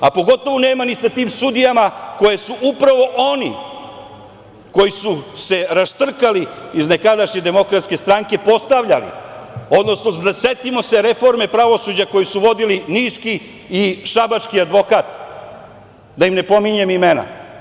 A pogotovo nema ni sa tim sudijama, koje su upravo oni koji su se raštrkali iz nekadašnje DS, postavljali, odnosno setimo se reforme pravosuđa koju su vodili niški i šabački advokat, da im ne pominjem imena.